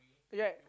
right